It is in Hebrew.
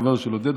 חבר של עודד,